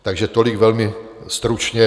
Takže tolik velmi stručně.